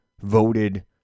voted